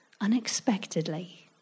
unexpectedly